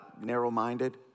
narrow-minded